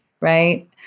right